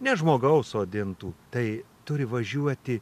ne žmogaus sodintų tai turi važiuoti